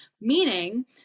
meaning